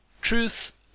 Truth